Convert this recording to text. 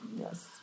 yes